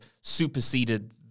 superseded